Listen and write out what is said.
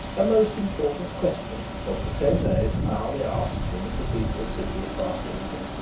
a most important question was for ten days hourly asked in the cathedral city of barchester,